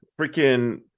Freaking